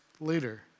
later